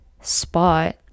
spot